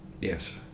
Yes